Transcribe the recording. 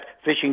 fishing